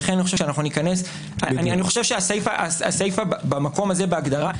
ולכן אני חושב שהסיפא במקום הזה בהגדרה,